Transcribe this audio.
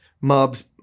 mobs